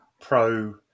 Pro